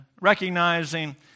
recognizing